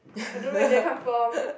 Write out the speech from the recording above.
I don't know where that come from